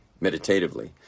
meditatively